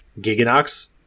Giganox